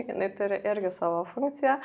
jinai turi irgi savo funkciją